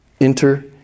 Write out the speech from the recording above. Enter